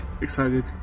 excited